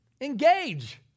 Engage